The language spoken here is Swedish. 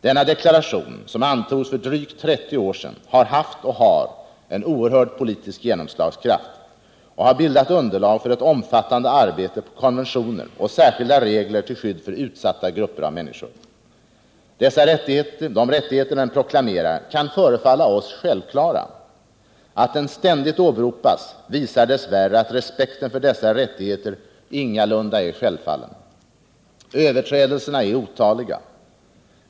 Denna deklaration, som antogs för drygt 30 år sedan, har haft och har en oerhörd politisk genomslagskraft och har bildat underlag för ett omfattande arbete på konventioner och särskilda regler till skydd för utsatta grupper av människor. De rättigheter den proklamerar kan förefalla oss självklara. Att den ständigt åberopas visar dess värre att respekten för dessa rättigheter ingalunda är självfallen. Överträdelserna är otaliga.